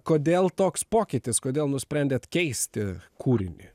kodėl toks pokytis kodėl nusprendėt keisti kūrinį